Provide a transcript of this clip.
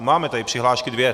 Máme tady přihlášky dvě.